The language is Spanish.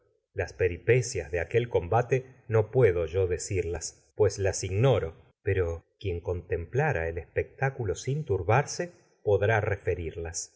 las peripecias las de aquel pero combate decirlas pues ignoro quien contemplara yo el espectáculo sin por turbarse el podrá referirlas